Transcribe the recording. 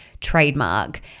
trademark